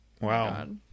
Wow